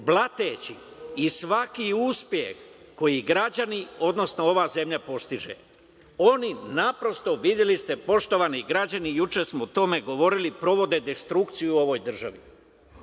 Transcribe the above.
blateći i svaki uspeh koji građani odnosno ova zemlja postiže. Oni naprosto, videli ste, poštovani građani, juče smo o tome govorili, sprovode destrukciju u ovoj državi. Svaki